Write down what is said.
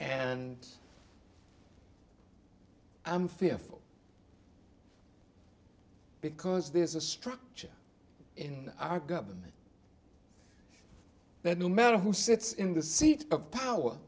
and i'm fearful because there's a structure in our government that no matter who sits in the seat of power